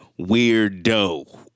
weirdo